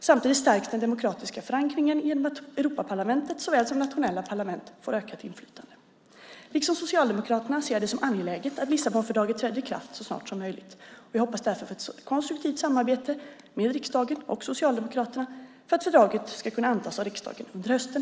Samtidigt stärks den demokratiska förankringen genom att såväl Europaparlamentet som nationella parlament får ökat inflytande. Liksom Socialdemokraterna ser jag det som angeläget att Lissabonfördraget träder i kraft så snart som möjligt. Jag hoppas därför på ett konstruktivt samarbete med Socialdemokraterna för att fördraget ska kunna antas av riksdagen under hösten.